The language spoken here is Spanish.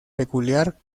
peculiar